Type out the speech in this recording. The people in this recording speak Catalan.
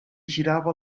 girava